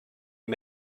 you